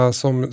som